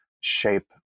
shape